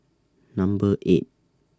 Number eight